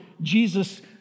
Jesus